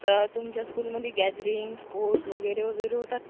तर तुमच्या स्कूलमध्ये गॅदरिंग स्पोर्ट वगैरे वगैरे होतात का